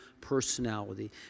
personality